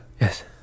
Yes